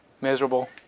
Miserable